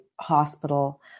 hospital